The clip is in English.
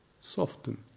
soften